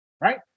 Right